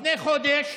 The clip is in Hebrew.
לפני חודש